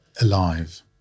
alive